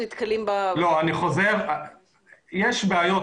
יש בעיות.